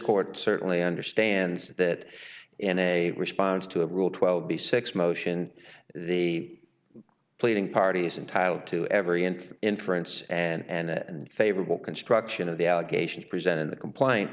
court certainly understands that in a response to the rule twelve b six motion the pleading parties entitle to every nth inference and favorable construction of the allegations present in the complaint